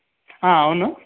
అవును